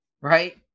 right